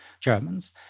Germans